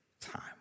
time